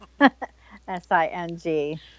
S-I-N-G